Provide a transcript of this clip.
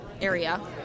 area